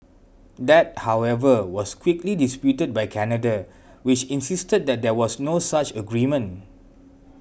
that however was quickly disputed by Canada which insisted that there was no such agreement